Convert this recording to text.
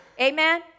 Amen